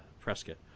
Prescott